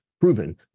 proven